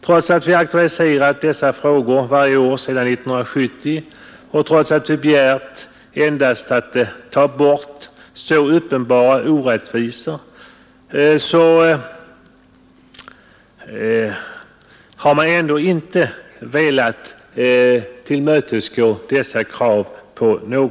Trots att vi har aktualiserat dessa frågor varje år sedan 1970, och trots att vi endast har begärt ett borttagande av uppenbara orättvisor, har man ändå inte velat tillmötesgå våra krav.